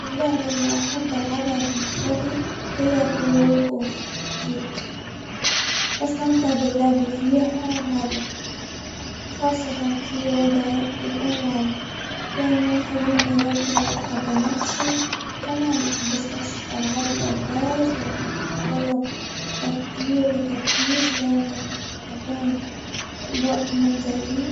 اللعبة اللي حابة ألعبها بمفردي هي كول أوف ديوتي، أستمتع باللعب فيها مرة، خاصة كان في وضع الأونلاين، لإن يخليني أركز وأتحدى نفسي، كمان أحب أستكشف ألعاب ألغاز لإنها تتطلب تفكير وتركيز دايما تكون بوقت ممتع لي.